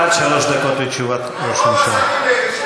עד שלוש דקות לתשובת ראש הממשלה.